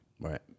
Right